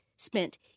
spent